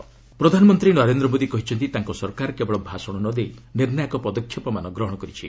PM Meerut rally ପ୍ରଧାନମନ୍ତ୍ରୀ ନରେନ୍ଦ୍ର ମୋଦି କହିଛନ୍ତି ତାଙ୍କ ସରକାର କେବଳ ଭାଷଣ ନ ଦେଇ ନିର୍ଣ୍ଣାୟକ ପଦକ୍ଷେପମାନ ଗ୍ରହଣ କରିଛି